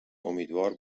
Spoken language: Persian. امیدوار